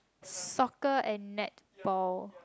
soccer and netball